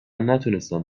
نتونستم